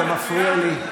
אתה מפריע לי.